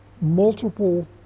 multiple